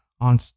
on